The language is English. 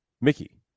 mickey